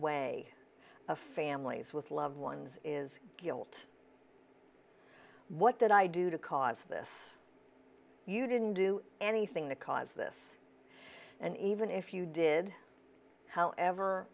way of families with loved ones is guilt what did i do to cause this you didn't do anything to cause this and even if you did however